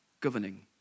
governing